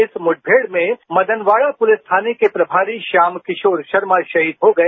इस मुठभेड़ में मदनवाड़ा पुलिस थाने के प्रभारी श्याम किशोर शर्मा शहीद हो गए